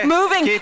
Moving